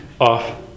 off